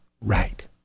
right